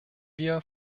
wir